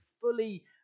fully